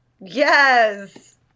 yes